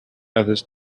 others